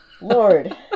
lord